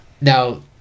Now